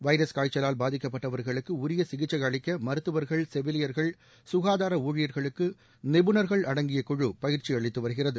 virus காய்ச்சலால் பாதிக்கப்பட்டவா்களுக்கு உரிய சிகிச்சை அளிக்க மருத்துவா்கள் செவிலியர்கள் சுகாதார ஊழியர்களுக்கு நிபுணர்கள் அடங்கிய குழு பயிற்சி அளித்து வருகிறது